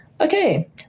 okay